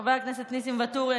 חבר הכנסת נסים ואטורי,